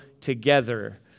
together